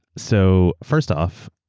so first off,